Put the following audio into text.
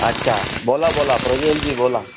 अच्छा बोला बोला प्रज्वलजी बोला